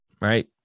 right